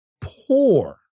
poor